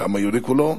את העם היהודי כולו,